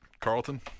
Carlton